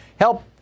help